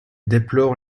déplore